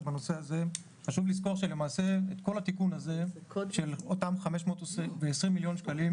חשוב לזכור שלמעשה את כל התיקון הזה של אותם 520 מיליון שקלים